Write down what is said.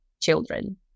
children